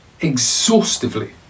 exhaustively